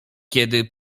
kiedy